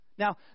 Now